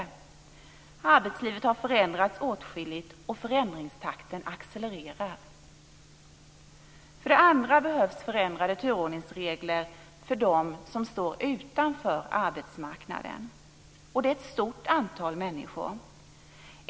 Arbetslivet har förändrats åtskilligt, och förändringstakten accelererar. För det andra behövs förändrade turordningsregler för dem som står utanför arbetsmarknaden, och det är ett stort antal människor.